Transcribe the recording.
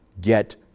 get